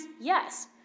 Yes